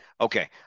okay